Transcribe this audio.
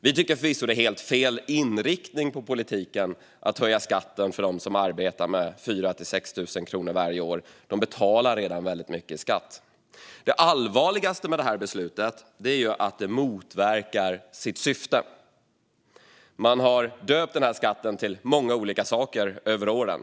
Vi tycker förvisso att det är helt fel inriktning på politiken att höja skatten med 4 000-6 000 kronor varje år för dem som arbetar, för de betalar redan väldigt mycket i skatt. Men det allvarligaste med det här beslutet är ju att det motverkar sitt syfte. Man har döpt skatten till många olika saker över åren.